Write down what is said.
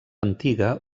antiga